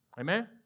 Amen